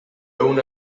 una